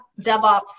DevOps